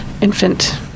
infant